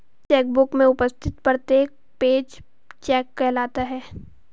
check book में उपस्थित प्रत्येक पेज चेक कहलाता है